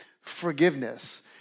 forgiveness